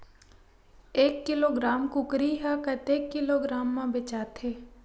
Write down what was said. एक किलोग्राम कुकरी ह कतेक किलोग्राम म बेचाथे?